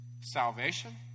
salvation